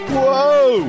Whoa